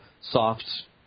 soft